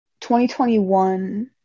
2021